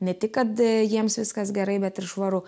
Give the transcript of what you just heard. ne tik kad jiems viskas gerai bet ir švaru